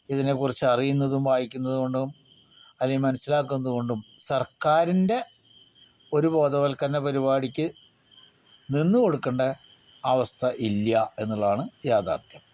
ഇതിനെക്കുറിച്ച് അറിയുന്നതും വായിക്കുന്നതുകൊണ്ടും അല്ലെങ്കിൽ മനസ്സിലാക്കുന്നത് കൊണ്ടും സർക്കാരിൻ്റെ ഒരു ബോധവൽക്കരണ പരിപാടിക്ക് നിന്നുകൊടുക്കേണ്ട അവസ്ഥ ഇല്ല എന്നുള്ളതാണ് യാഥാർഥ്യം